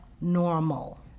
normal